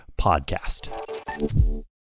podcast